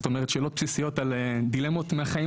היו שאלות בסיסיות על דילמות מהחיים